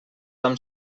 amb